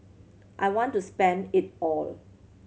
I want to spend it all